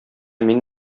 мин